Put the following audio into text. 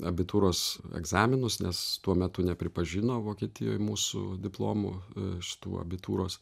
abitūros egzaminus nes tuo metu nepripažino vokietijoj mūsų diplomų šitų abitūros